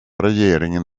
regeringen